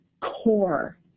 core